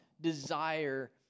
desire